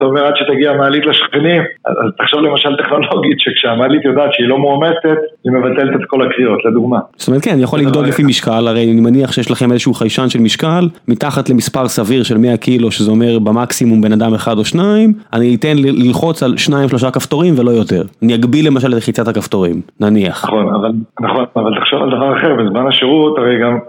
זאת אומרת, עד שתגיע מעלית לשכנים, תחשוב למשל טכנולוגית, שכשהמעלית יודעת שהיא לא מועמסת, היא מבטלת את כל הקריאות, לדוגמה. זאת אומרת, כן, אני יכול לבדוק לפי משקל, הרי אני מניח שיש לכם איזשהו חיישן של משקל, מתחת למספר סביר של 100 קילו, שזה אומר במקסימום בן אדם אחד או שניים, אני אתן ללחוץ על שניים, שלושה כפתורים ולא יותר. אני אגביל למשל את לחיצת הכפתורים, נניח. נכון, אבל נכון, אבל תחשוב על דבר אחר בזמן השירות הרי גם.